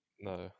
No